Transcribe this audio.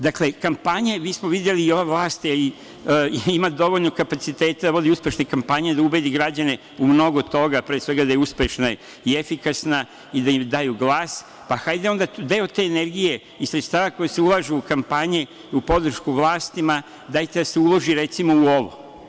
Dakle, mi smo videli, ova vlast ima dovoljno kapaciteta da vodi uspešne kampanje, da ubedi građane u mnogo toga, pre svega da je uspešna i efikasna i da im daju glas, pa hajde onda deo te energije iz sredstava koje se ulažu u kampanje u podršku vlastima, dajte da se uloži, recimo, u ovo.